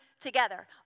together